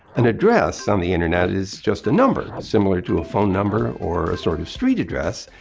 an address on the internet is just a number, similar to a phone number or a sort of street address,